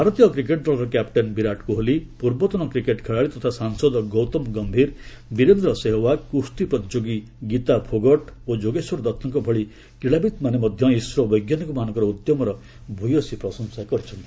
ଭାରତୀୟ କ୍ରିକେଟ୍ ଦଳର କ୍ୟାପ୍ଟେନ୍ ବିରାଟ କୋହଲୀ ପୂର୍ବତନ କ୍ରିକେଟ୍ ଖେଳାଳି ତଥା ସାଂସଦ ଗୌତମ ଗମ୍ଭୀର ବୀରେନ୍ଦ୍ର ସେହୱାଗ୍ କୁସ୍ତି ପ୍ରତିଯୋଗୀ ଗୀତା ଫୋଗଟ୍ ଓ ଯୋଗେଶ୍ୱର ଦତ୍ତଙ୍କ ଭଳି କ୍ରୀଡ଼ାବିତ୍ମାନେ ମଧ୍ୟ ଇସ୍ରୋ ବୈଜ୍ଞାନିକମାମାନଙ୍କର ଉଦ୍ୟମର ଭ୍ୟସୀ ପ୍ରଶଂସା କରିଛନ୍ତି